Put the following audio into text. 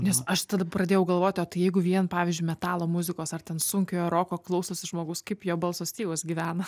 nes aš tada pradėjau galvoti o tai jeigu vien pavyzdžiui metalo muzikos ar ten sunkiojo roko klausosi žmogus kaip jo balso stygos gyvena